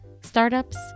startups